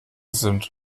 sind